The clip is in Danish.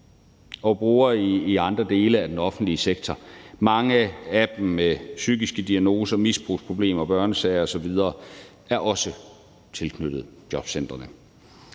og brugere i andre dele af den offentlige sektor, og mange af dem med psykiske diagnoser, misbrugsproblemer og børnesager osv. er også tilknyttet jobcentrene.